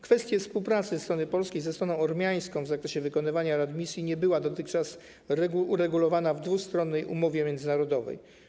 Kwestia współpracy strony polskiej ze stroną ormiańską w zakresie wykonywania readmisji nie była dotychczas uregulowana w dwustronnej umowie międzynarodowej.